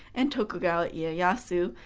and tokugawa yeah ieyasu,